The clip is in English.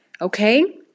Okay